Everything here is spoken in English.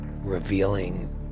revealing